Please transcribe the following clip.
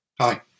Hi